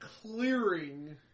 clearing